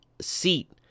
seat